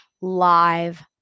live